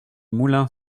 moulin